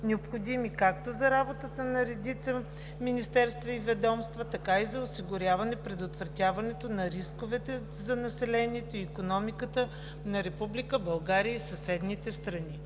необходими както за работата на редица министерства и ведомства, така и за осигуряване предотвратяването на рисковете за населението и икономиката на Република България и съседните страни.